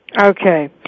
okay